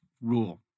rule